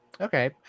okay